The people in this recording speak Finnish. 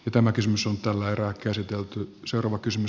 no tämä kysymys on tällä erää käsitelty konsepteissa